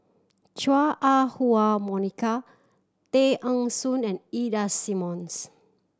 Chua Ah Huwa Monica Tay Eng Soon and Ida Simmons